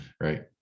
right